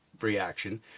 reaction